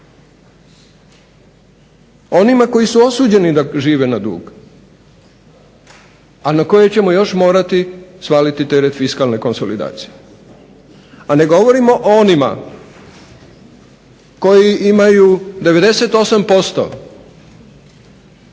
Onima koji su osuđeni da žive na dug, a na koje ćemo još morati svaliti teret fiskalne konsolidacije. A ne govorimo o onima koji imaju 98% štednje